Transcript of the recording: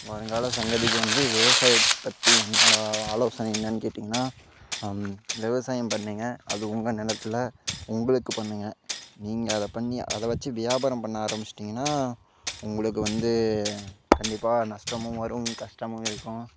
வருங்கால சங்கதிக்கு வந்து விவசாயத்தை பற்றி என்னோடய ஆலோசனை என்னன்னு கேட்டிங்கனா விவசாயம் பண்ணுங்க அது உங்கள் நிலத்தில் உங்களுக்கு பண்ணுங்க நீங்கள் அதை பண்ணி அதை வச்சு வியாபாரம் பண்ண ஆரம்பிச்சிட்டிங்கனால் உங்களுக்கு வந்து கண்டிப்பாக நஷ்டமும் வரும் கஷ்டமும் இருக்கும்